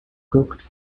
cooked